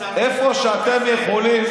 איפה שאתם יכולים,